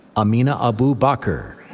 amina abou-bakr,